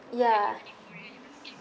ya